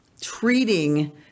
treating